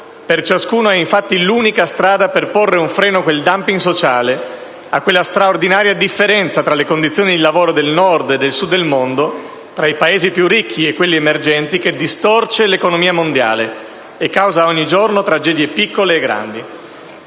per tutti è infatti l'unica strada per porre un freno a quel *dumping* sociale, a quella straordinaria differenza tra le condizioni di lavoro nel Nord e nel Sud del mondo, tra i Paesi più ricchi e quelli emergenti, che distorce l'economia mondiale e causa ogni giorno tragedie piccole e grandi.